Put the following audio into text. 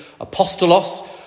apostolos